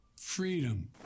Freedom